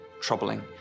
Troubling